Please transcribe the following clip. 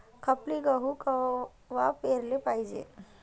खपली गहू कवा पेराले पायजे?